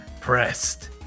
pressed